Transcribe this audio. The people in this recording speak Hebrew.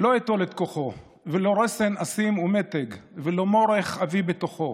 לא אטול את כוחו / ולא רסן אשים ומתג / ולא מורך אביא בתוכו,